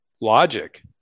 logic